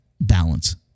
balance